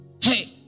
Hey